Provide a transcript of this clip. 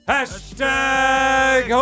Hashtag